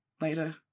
later